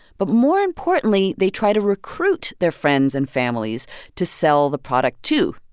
but more importantly, they try to recruit their friends and families to sell the product, too.